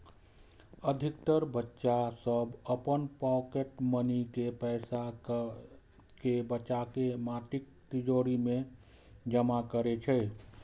अधिकतर बच्चा सभ अपन पॉकेट मनी के पैसा कें बचाके माटिक तिजौरी मे जमा करै छै